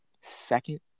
second